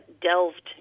delved